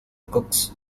cox